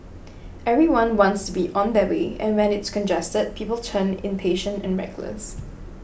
everyone wants to be on their way and when it's congested people turn impatient and reckless